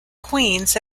queens